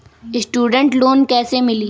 Student loan कैसे मिली?